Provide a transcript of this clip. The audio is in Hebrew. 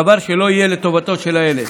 דבר שלא יהיה לטובתו של הילד.